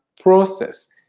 process